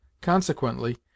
Consequently